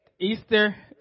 Easter